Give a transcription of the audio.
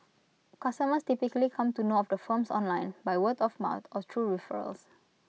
customers typically come to know of the firms online by word of mouth or through referrals